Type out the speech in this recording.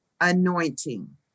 anointing